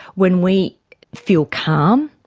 when we feel calm,